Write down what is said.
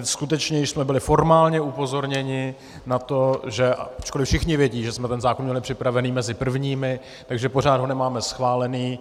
Skutečně jsme byli již formálně upozorněni na to, že ačkoli všichni vědí, že jsme ten zákon měli připravený mezi prvními, tak že ho pořád nemáme schválený.